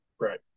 Right